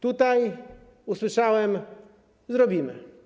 Tutaj usłyszałem: zrobimy.